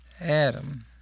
Adam